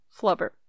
Flubber